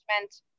meant